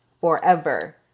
forever